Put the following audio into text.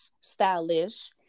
Stylish